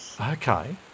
Okay